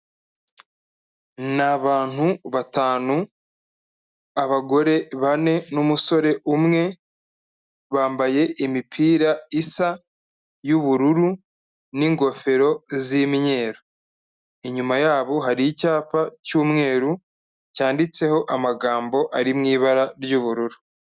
Ni abantu batanu, abagore bane n'umusore umwe, bambaye imipira isa y'ubururu n'ingofero z'imyeru. Inyuma yabo hari icyapa cy'umweru cyanditseho amagambo ari mu ibara ry'ubururu.